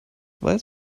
weiß